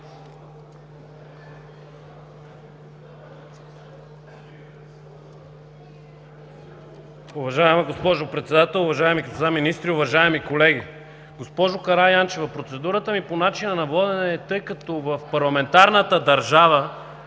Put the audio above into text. Уважаема госпожо Председател, уважаеми господа министри, уважаеми колеги! Госпожо Караянчева, процедурата ми е по начина на водене, тъй като в парламентарната държава